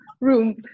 room